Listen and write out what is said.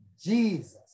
Jesus